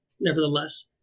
nevertheless